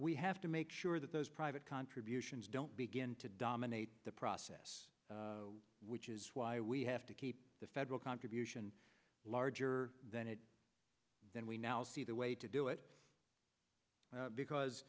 we have to make sure that those private contributions don't begin to dominate the process which is why we have to keep the federal contribution larger than it than we now see the way to do it because